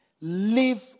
live